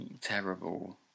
terrible